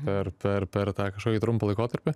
per per per tą kažkokį trumpą laikotarpį